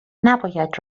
نباید